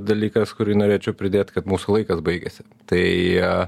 dalykas kurį norėčiau pridėt kad mūsų laikas baigėsi tai